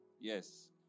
Yes